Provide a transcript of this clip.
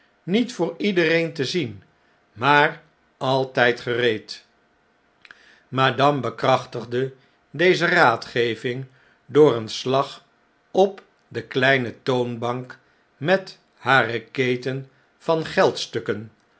niet voor iedereen te zien maar altjjd gereed madame bekrachtigde deze raadgeving door een slag op de kleine toonbank met hare keten van